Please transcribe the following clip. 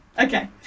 Okay